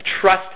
trust